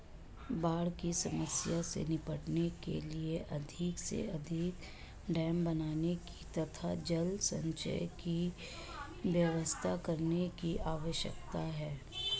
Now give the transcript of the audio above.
बाढ़ की समस्या से निपटने के लिए अधिक से अधिक डेम बनाने की तथा जल संचय की व्यवस्था करने की आवश्यकता है